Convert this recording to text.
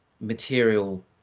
material